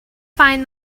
find